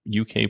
uk